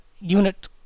unit